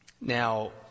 Now